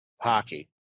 hockey